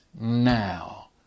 now